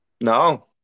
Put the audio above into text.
No